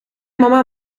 mama